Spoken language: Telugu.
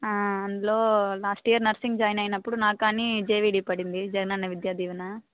అందులో లాస్ట్ ఇయర్ నర్సింగ్ జాయిన్ అయినప్పుడు నాకు కానీ జేవీడి పడింది జగనన్న విద్యా దీవన